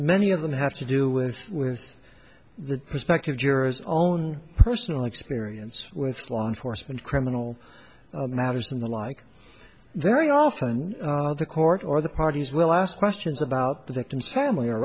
many of them have to do with with the prospective jurors own personal experience with law enforcement criminal matters and the like very often the court or the parties will ask questions about the victim's family or